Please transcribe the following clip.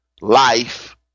life